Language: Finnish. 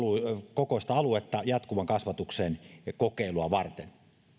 kokoista aluetta jatkuvan kasvatuksen kokeilua varten